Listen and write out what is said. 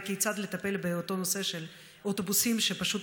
כיצד לטפל באותו נושא של אוטובוסים שפשוט